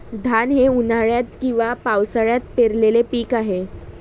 धान हे उन्हाळ्यात किंवा पावसाळ्यात पेरलेले पीक आहे